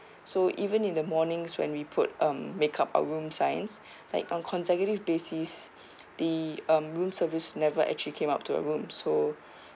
so even in the mornings when we put um makeup our room sign like on consecutive basis the um room service never actually came up to our room so